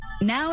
Now